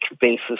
basis